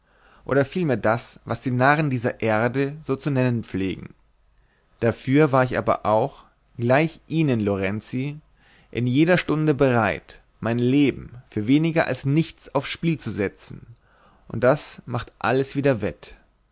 oder vielmehr das was die narren dieser erde so zu nennen pflegen dafür war ich aber auch gleich ihnen lorenzi in jeder stunde bereit mein leben für weniger als nichts aufs spiel zu setzen und das macht alles wieder wett